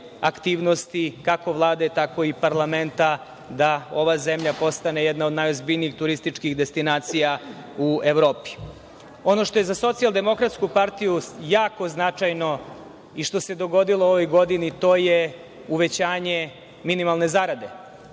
aktivnosti kako Vlade, tako i Parlamenta, da ova zemlja postane jedna od najozbiljnijih turističkih destinacija u Evropi. Ono što je za SDP jako značajno i što se dogodilo u ovoj godini to je uvećanje minimalne zarade,